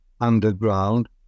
underground